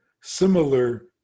similar